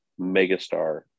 megastar